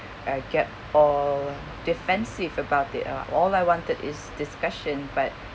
uh get all defensive about it uh all I wanted is discussion but